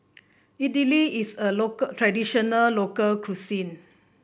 Idly is a local traditional local cuisine